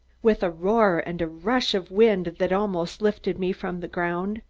with a roar, and a rush of wind that almost lifted me from the ground,